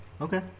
Okay